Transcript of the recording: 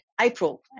April